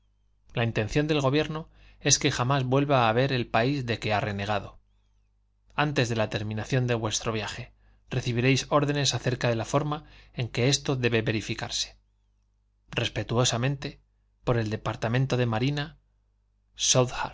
la intención del gobierno es que jamás vuelva a ver el país de que ha renegado antes de la terminación de vuestro viaje recibiréis órdenes acerca de la forma en que esto debe verificarse respetuosamente por el departamento de marina